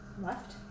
Left